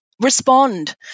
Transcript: Respond